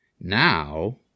Now